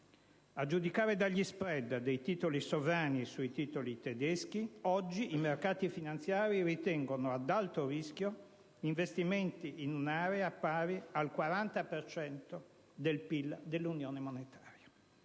A giudicare dagli *spread* dei titoli sovrani sui titoli tedeschi, oggi i mercati finanziari ritengono ad alto rischio investimenti in un'area pari al 40 per cento del PIL dell'Unione monetaria.